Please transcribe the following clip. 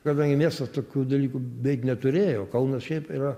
kadangi miestas tokių dalykų beik neturėjo kaunas šiaip yra